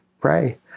Pray